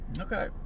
Okay